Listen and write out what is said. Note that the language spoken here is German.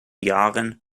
jahren